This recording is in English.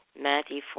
Matthew